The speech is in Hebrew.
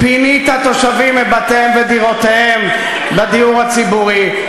פינית תושבים מבתיהם ודירותיהם בדיור הציבורי,